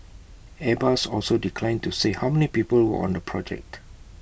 airbus also declined to say how many people were on the project